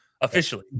Officially